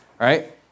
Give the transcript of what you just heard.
right